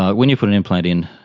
ah when you put an implant in,